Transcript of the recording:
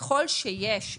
ככל שיש,